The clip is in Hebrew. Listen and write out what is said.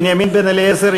בנימין בן-אליעזר,